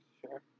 sure